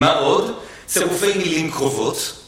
מה עוד? צרופי מילים קרובות,